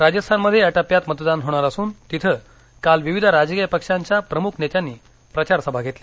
राजस्थानमध्ये या टप्प्यात मतदान होणार असून तिथं काल विविध राजकीय पक्षांच्या प्रमुख नेत्यांनी प्रचारसभा घेतल्या